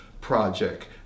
Project